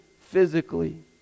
physically